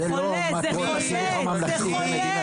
זה לא מטרות החינוך הממלכתי במדינת ישראל.